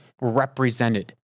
represented